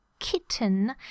kitten